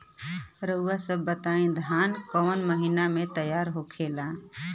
रउआ सभ बताई धान क महीना में तैयार होखेला?